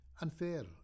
unfair